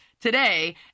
today